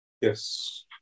Yes